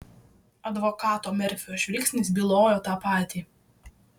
advokato merfio žvilgsnis bylojo tą patį